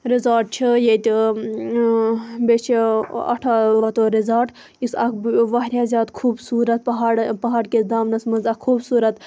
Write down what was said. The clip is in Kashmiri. رِزوٹ چھِ ییٚتہِ بیٚیہِ چھِ اَٹھاوَتو رِزوٹ یُس اکھ واریاہ زیادٕ خوٗبصوٗرت پہاڑ پہاڑ کِس دامنَس مَنٛز اکھ خوٗبصوٗرت